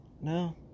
no